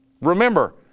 Remember